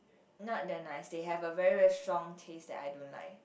not that nice they have a very very strong taste that I don't like